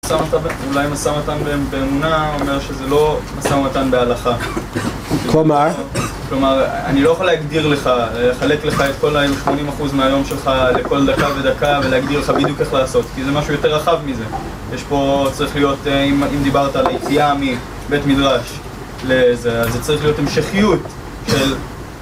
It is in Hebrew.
אולי משא ומתן באמונה אומר שזה לא משא ומתן בהלכה כלומר? כלומר אני לא יכול להגדיר לך, לחלק לך את כל ה-80% מהיום שלך לכל דקה ודקה ולהגדיר לך בדיוק איך לעשות כי זה משהו יותר רחב מזה יש, פה צריך להיות, אם דיברת על היציאה מבית מדרש לזה צריך להיות המשכיות של